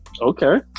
okay